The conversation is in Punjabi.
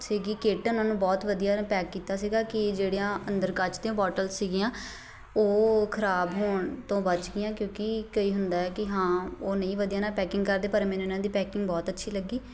ਸੀਗੀ ਕਿੱਟ ਉਹਨਾਂ ਨੂੰ ਬਹੁਤ ਵਧੀਆ ਪੈਕ ਕੀਤਾ ਸੀਗੀ ਕਿ ਜਿਹੜੀਆਂ ਅੰਦਰ ਕੱਚ ਦੀਆਂ ਬੋਟਲ ਸੀਗੀਆਂ ਉਹ ਖਰਾਬ ਹੋਣ ਤੋਂ ਬਚ ਗਈਆਂ ਕਿਉਂਕਿ ਕਈ ਹੁੰਦਾ ਹੈ ਕਿ ਹਾਂ ਉਹ ਨਾ ਵਧੀਆ ਨਹੀਂ ਪੈਕਿੰਗ ਕਰਦੇ ਪਰ ਮੈਨੂੰ ਇਹਨਾਂ ਦੀ ਪੈਕਿੰਗ ਬਹੁਤ ਅੱਛੀ ਲੱਗੀ